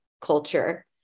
culture